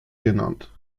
genannt